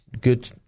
good